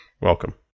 Welcome